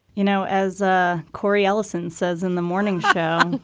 you know, as ah corey ellison says in the morning show,